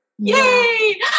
Yay